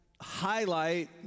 highlight